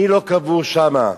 מי לא קבור שם.